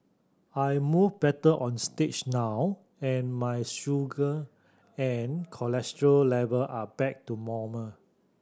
I move better on stage now and my sugar and cholesterol level are back to normal